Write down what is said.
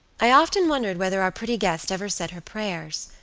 i often wondered whether our pretty guest ever said her prayers.